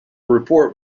report